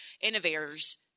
innovators